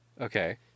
Okay